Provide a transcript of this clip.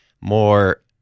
more